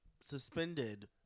suspended